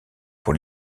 pour